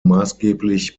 maßgeblich